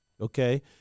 Okay